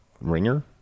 ringer